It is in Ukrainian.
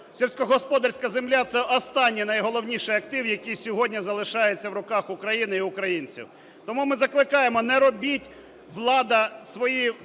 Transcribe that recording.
Сільськогосподарська земля – це останній найголовніший актив, який сьогодні залишається в руках України і українців. Тому ми закликаємо: не робіть, влада, свої